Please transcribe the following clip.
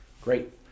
Great